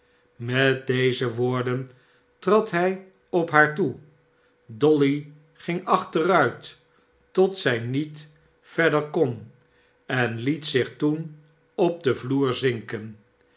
met deze woorden trad hij op haar toe dolly ging achteruit tot zij niet verder kon en liet zich toen op den vloer zinken